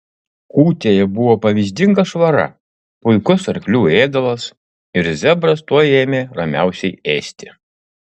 kūtėje buvo pavyzdinga švara puikus arklių ėdalas ir zebras tuoj ėmė ramiausiai ėsti